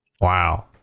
Wow